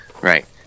Right